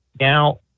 Now